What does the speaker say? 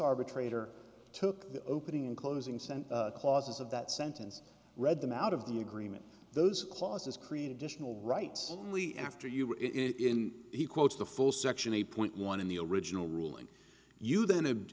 the opening and closing sent clauses of that sentence read them out of the agreement those clauses create additional rights only after you were in he quotes the full section eight point one in the original ruling you then and